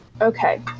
okay